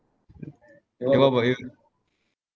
then what about you